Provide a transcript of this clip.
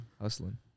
Hustling